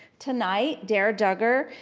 tonight dara dugger,